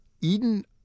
Eden